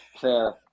fair